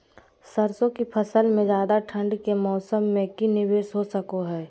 सरसों की फसल में ज्यादा ठंड के मौसम से की निवेस हो सको हय?